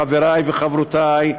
חברי וחברותי,